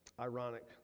Ironic